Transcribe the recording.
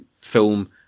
film